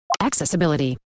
Accessibility